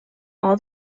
all